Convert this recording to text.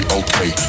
okay